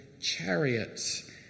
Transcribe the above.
chariots